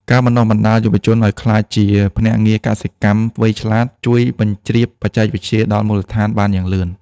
ការបណ្ដុះបណ្ដាលយុវជនឱ្យក្លាយជា "ភ្នាក់ងារកសិកម្មវៃឆ្លាត" ជួយបញ្ជ្រាបបច្ចេកវិទ្យាដល់មូលដ្ឋានបានយ៉ាងលឿន។